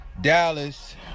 Dallas